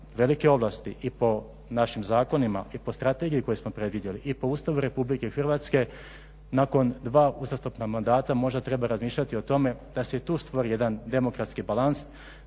velike ovlasti i po našim zakonima i po strategiji koju smo predvidjeli i po Ustavu RH nakon dva uzastopna mandata možda treba razmišljati i o tome da se i tu stvori jedan demokratski balans